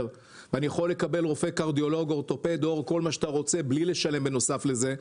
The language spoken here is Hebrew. ואני יכול לקבל רופא קרדיולוג או אורתופד בלי לשלם בנוסף לכך,